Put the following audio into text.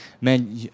man